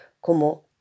como